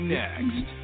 next